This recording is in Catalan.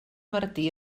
martí